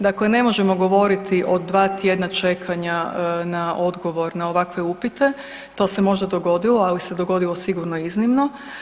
Dakle, ne možemo govoriti o dva tjedna čekanja na odgovor na ovakve upite, to se možda dogodilo, ali se dogodilo sigurno iznimno.